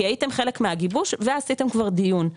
כי הייתם חלק מהגיבוש ועשיתם כבר דיון.